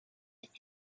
with